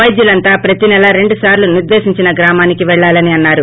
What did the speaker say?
పైద్యులంతా ప్రతి నల రెండుసార్లు నిర్దేశించిన గ్రామానికి పెళ్లాలని అన్నారు